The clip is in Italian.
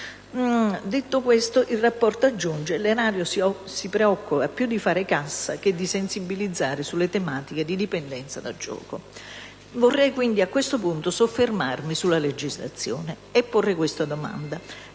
milioni». Il rapporto aggiunge poi che «L'Erario si preoccupa più di fare cassa che di sensibilizzare sulle tematiche di dipendenza da gioco». Vorrei a questo punto soffermarmi sulla legislazione e porre una domanda: